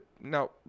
now